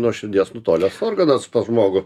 nuo širdies nutolęs organas pas žmogų